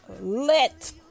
lit